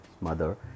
mother